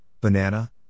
banana